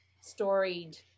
storied